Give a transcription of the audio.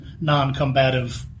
non-combative